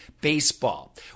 baseball